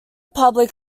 public